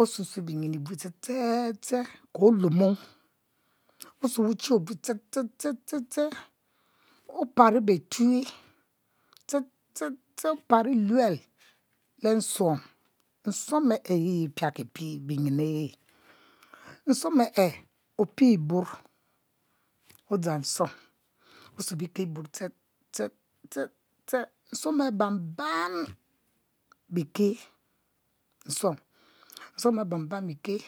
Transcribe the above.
osu sue biyin e;bue ste ste ste ke olumu osue wuchi obue ste ste ste opari betue ste ste ste opari luel le nsuom nsuom ere yi epia ki pie binyin le e;nsuom e opie e;bor odzang nsuom osue beke nsuom ababan bike